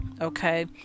Okay